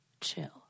chill